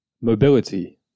Mobility